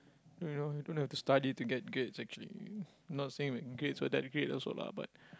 you know you don't have to study to get grades actually not saying grades were that great also lah